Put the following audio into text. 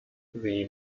sie